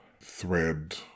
thread